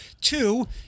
Two